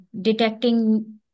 detecting